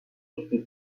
été